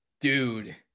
dude